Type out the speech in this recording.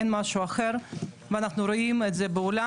אין משהו אחר ואנחנו רואים את זה בעולם